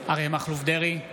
(קורא בשם חבר הכנסת) אריה מכלוף דרעי,